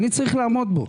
אני צריך לעמוד בו,